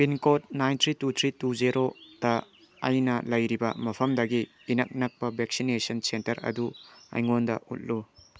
pin code nine three two three two zero ꯗ ꯑꯩꯅ ꯂꯩꯔꯤꯕ ꯃꯐꯝꯗꯒꯤ ꯏꯅꯛ ꯅꯛꯄ ꯚꯦꯛꯁꯤꯅꯦꯁꯟ ꯁꯦꯟꯇꯔ ꯑꯗꯨ ꯑꯩꯉꯣꯟꯗ ꯎꯠꯂꯨ